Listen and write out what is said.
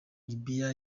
libya